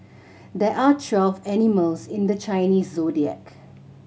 there are twelve animals in the Chinese Zodiac